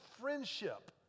friendship